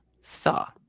saw